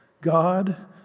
God